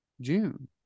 June